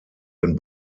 den